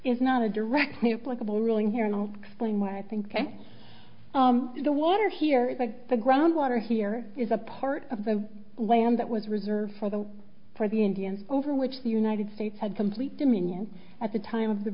all explain why i think the water here is like the ground water here is a part of the land that was reserved for the for the indians over which the united states had complete dominion at the time of the